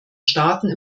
staaten